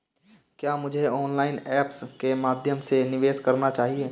क्या मुझे online apps के माध्यम से निवेश करना चाहिए?